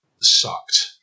sucked